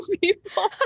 people